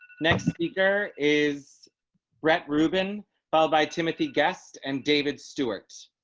next speaker is brett ruben file by timothy guest and david stewart.